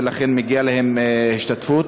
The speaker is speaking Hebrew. ולכן מגיעה להם השתתפות.